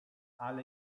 ale